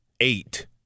eight